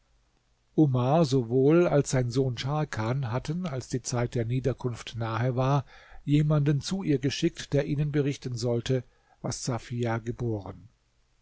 omar sowohl als sein sohn scharkan hatten als die zeit der niederkunft nahe war jemanden zu ihr geschickt der ihnen berichten sollte was safia geboren